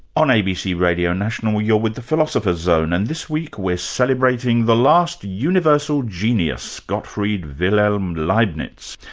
on abc radio national, you're with the philosopher's zone, and this week we're celebrating the last universal genius, gottfried wilhelm leibnitz.